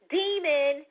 demon